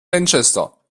manchester